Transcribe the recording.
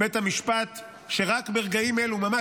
בית המשפט רק ברגעים אלו ממש,